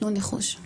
תנו ניחוש.